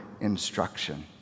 instruction